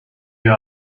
you